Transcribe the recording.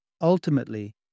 Ultimately